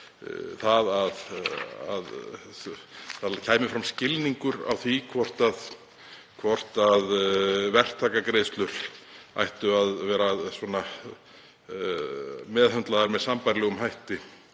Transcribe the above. fram kæmi skilningur á því að verktakagreiðslur ættu að vera meðhöndlaðar með sambærilegum hætti